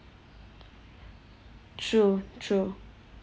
true true